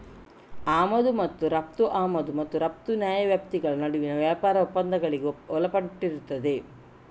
ಆಮದು ಮತ್ತು ರಫ್ತು ಆಮದು ಮತ್ತು ರಫ್ತು ನ್ಯಾಯವ್ಯಾಪ್ತಿಗಳ ನಡುವಿನ ವ್ಯಾಪಾರ ಒಪ್ಪಂದಗಳಿಗೆ ಒಳಪಟ್ಟಿರುತ್ತದೆ